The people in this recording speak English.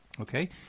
Okay